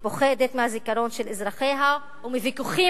פוחדת מהזיכרון של אזרחיה ומוויכוחים